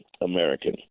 American